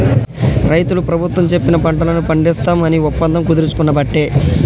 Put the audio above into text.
రైతులు ప్రభుత్వం చెప్పిన పంటలను పండిస్తాం అని ఒప్పందం కుదుర్చుకునబట్టే